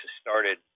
started